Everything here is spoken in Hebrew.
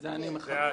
ולזה אני מתייחס.